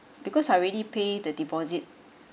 because I already pay the deposit